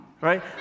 right